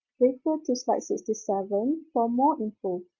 refer to slide sixty seven for more info.